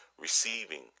receiving